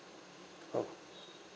oh